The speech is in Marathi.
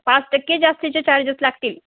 पाच टक्के जास्तीचे चार्जेस लागतील